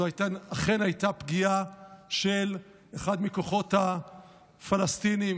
זו אכן הייתה פגיעה של אחד מהכוחות הפלסטיניים,